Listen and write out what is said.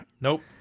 Nope